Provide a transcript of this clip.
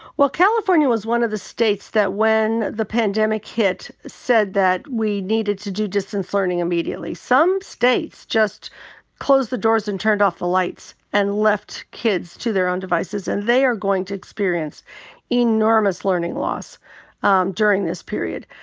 well, california was one of the states that when the pandemic hit said that, we needed to do distance learning immediately. some states just closed the doors and turned off the lights and left kids to their own devices. and they are going to experience enormous learning loss um during this period.